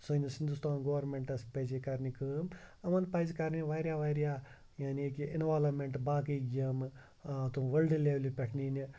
سٲنِس ہندوستان گورمٮ۪نٹَس پَزِ یہِ کَرنہِ کٲم یِمَن پَزِ کَرنہِ واریاہ واریاہ یعنی کہِ اِنوالمٮ۪نٹ باقٕے گیمہٕ تم وٲلڈٕ لٮ۪ولہِ پٮ۪ٹھ نِنہِ